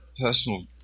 personal